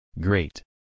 Great